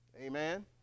Amen